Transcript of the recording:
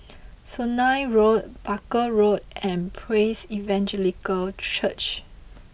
Sungei Road Barker Road and Praise Evangelical Church